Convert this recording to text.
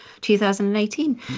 2018